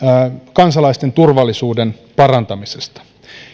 kansalaisten turvallisuuden parantamisesta